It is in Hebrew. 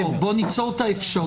לא, בוא ניצור את האפשרות.